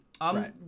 Right